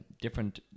different